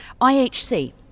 IHC